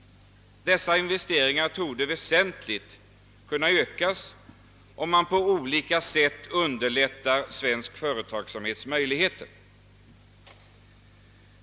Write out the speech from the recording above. Dessa torde väsentligt kunna ökas, om man på alla sätt underlättar svensk företagsamhets möjligheter.